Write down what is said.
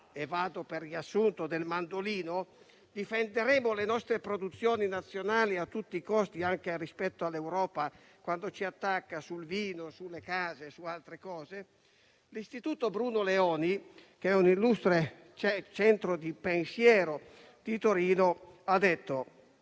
e vado per riassunto - del mandolino? Difenderemo le nostre produzioni nazionali a tutti i costi, anche rispetto all'Europa, quando ci attacca sul vino, sulle case o su altre cose? L'Istituto Bruno Leoni, illustre centro di pensiero di Torino, ha detto